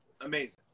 Amazing